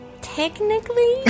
Technically